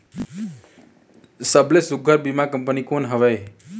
सबले सुघ्घर बीमा कंपनी कोन हवे?